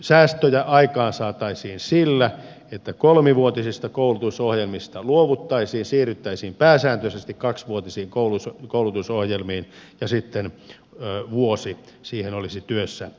säästöjä aikaansaataisiin sillä että kolmivuotisista koulutusohjelmista luovuttaisiin siirryttäisiin pääsääntöisesti kaksivuotisiiin koulutusohjelmiin ja sitten vuosi vielä olisi työssäoppimista